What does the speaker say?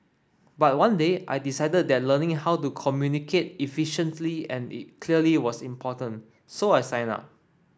but one day I decided that learning how to communicate efficiently and clearly was important so I signed up